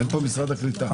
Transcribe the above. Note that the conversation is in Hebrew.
אין פה ממשרד הקליטה.